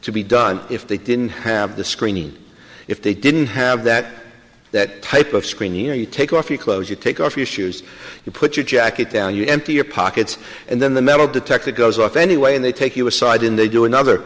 to be done if they didn't have the screening if they didn't have that that type of screening you know you take off your clothes you take off your shoes you put your jacket down you empty your pockets and then the metal detector goes off anyway and they take you aside in they do another